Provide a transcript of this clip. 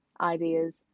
ideas